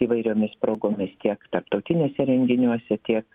įvairiomis progomis tiek tarptautiniuose renginiuose tiek